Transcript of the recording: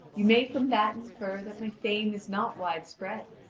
you may from that infer that my fame is not widespread.